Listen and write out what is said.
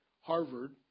Harvard